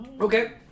Okay